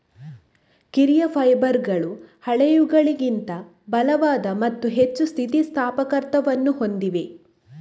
ಕಿರಿಯ ಫೈಬರ್ಗಳು ಹಳೆಯವುಗಳಿಗಿಂತ ಬಲವಾದ ಮತ್ತು ಹೆಚ್ಚು ಸ್ಥಿತಿ ಸ್ಥಾಪಕತ್ವವನ್ನು ಹೊಂದಿವೆ